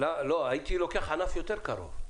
הייתי לוקח ענף קרוב יותר.